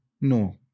No